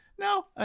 no